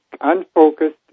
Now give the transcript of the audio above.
unfocused